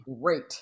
great